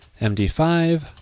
MD5